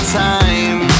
time